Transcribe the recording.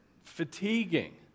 fatiguing